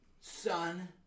son